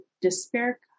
despair